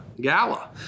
gala